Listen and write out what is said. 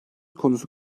konusu